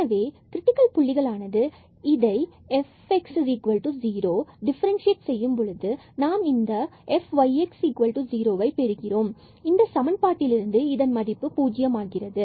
எனவே கிரிட்டிக்கல் புள்ளிகள் ஆனது இதைFx0 டிஃபரண்சியேட் செய்யும் பொழுது நாம் இந்த f y x 0ஐ பெறுகிறோம் என்ற சமன்பாட்டில் இருந்து ஜுரோவுக்கு சமமாகிறது